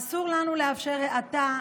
אסור לנו לאפשר האטה,